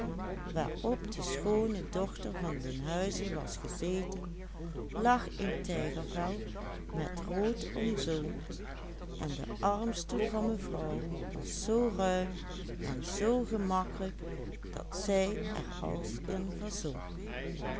gezeten lag een tijgervel met rood omzoomd en de armstoel van mevrouw was zoo ruim en zoo gemakkelijk dat zij er als in